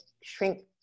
shrink